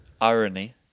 Irony